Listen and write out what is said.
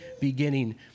beginning